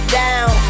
down